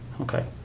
okay